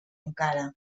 encara